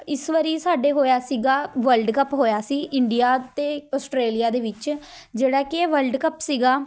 ਇਸ ਵਾਰੀ ਸਾਡੇ ਹੋਇਆ ਸੀਗਾ ਵਲਡ ਕੱਪ ਹੋਇਆ ਸੀ ਇੰਡੀਆ ਅਤੇ ਆਸਟ੍ਰੇਲੀਆ ਦੇ ਵਿੱਚ ਜਿਹੜਾ ਕਿ ਇਹ ਵਲਡ ਕੱਪ ਸੀਗਾ